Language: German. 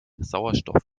sauerstoff